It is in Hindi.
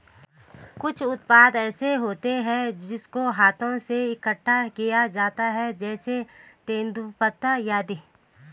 कुछ उत्पाद ऐसे होते हैं जिनको हाथों से इकट्ठा किया जाता है जैसे तेंदूपत्ता आदि